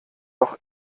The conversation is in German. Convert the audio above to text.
doch